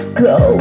go